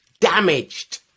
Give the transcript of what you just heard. damaged